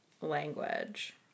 language